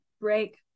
break